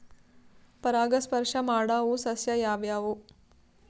ಪರಾಗಸ್ಪರ್ಶ ಮಾಡಾವು ಸಸ್ಯ ಯಾವ್ಯಾವು?